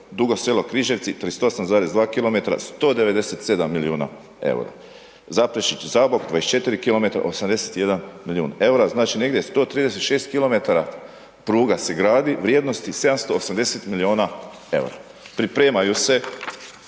Dugo Selo-Križevci 38,2 km 197 milijuna EUR-a, Zaprešić-Zabok 24 km 81 milijun EUR-a, znači negdje 136 km pruga se gradi vrijednosti 780 milijuna EUR-a, pripremaju se